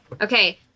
Okay